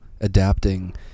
adapting